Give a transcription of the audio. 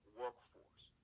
workforce